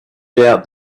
doubt